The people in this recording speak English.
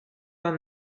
not